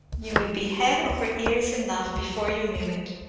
you would be head over ears in love before you knew it!